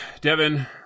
Devin